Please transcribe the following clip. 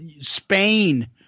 Spain